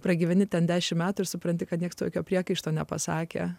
pragyveni ten dešimt metų ir supranti kad niekas tokio priekaišto nepasakė